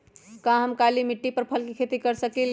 का हम काली मिट्टी पर फल के खेती कर सकिले?